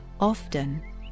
often